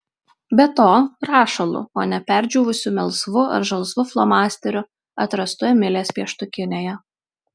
be to rašalu o ne perdžiūvusiu melsvu ar žalsvu flomasteriu atrastu emilės pieštukinėje